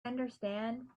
understand